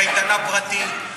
קייטנה פרטית,